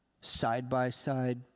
side-by-side